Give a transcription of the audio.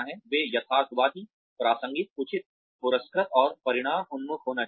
वे यथार्थवादी प्रासंगिक उचित पुरस्कृत और परिणाम उन्मुख होना चाहिए